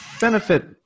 benefit